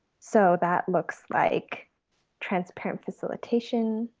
so that looks like transparent facilitation.